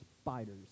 Spiders